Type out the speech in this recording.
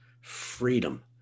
freedom